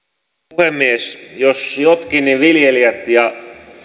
puhemies jos jotkut niin viljelijät ja